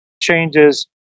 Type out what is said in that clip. changes